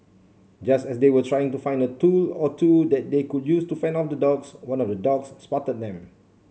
just as they were trying to find a tool or two that they could use to fend off the dogs one of the dogs spotted them